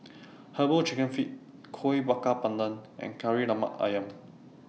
Herbal Chicken Feet Kuih Bakar Pandan and Kari Lemak Ayam